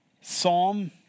Psalm